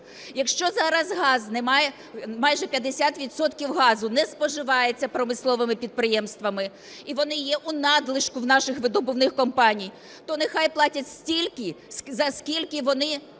Якщо зараз газ, майже 50 відсотків газу, не споживається промисловими підприємствами і вони є у надлишку в наших видобувних компаній, то нехай платять стільки, скільки можуть,